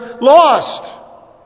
lost